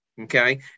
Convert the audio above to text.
okay